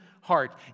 heart